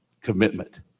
commitment